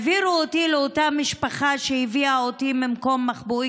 העבירו אותי לאותה משפחה שהביאה אותי ממקום מחבואי,